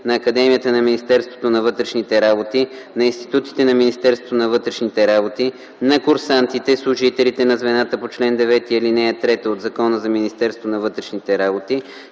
на Академията на Министерството на вътрешните работи, на институтите на Министерството на вътрешните работи, на курсантите, служителите на звената по чл. 9, ал. 3 от Закона за Министерството на вътрешните работи,